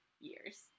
years